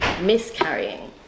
miscarrying